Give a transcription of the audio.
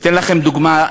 אתן לכם דוגמה,